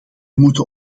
moeten